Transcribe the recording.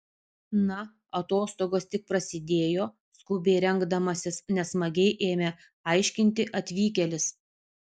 na atostogos tik prasidėjo skubiai rengdamasis nesmagiai ėmė aiškinti atvykėlis